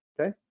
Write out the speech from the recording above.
okay